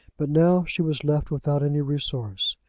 but now she was left without any resource.